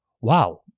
wow